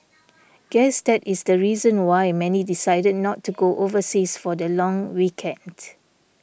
guess that is the reason why many decided not to go overseas for the long weekend